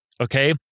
okay